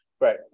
right